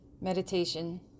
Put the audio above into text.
meditation